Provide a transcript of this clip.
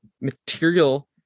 material